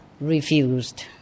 refused